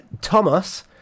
Thomas